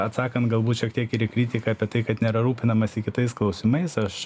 atsakant galbūt šiek tiek ir į kritiką apie tai kad nėra rūpinamasi kitais klausimais aš